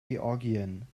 georgien